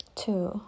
two